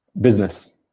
Business